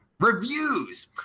reviews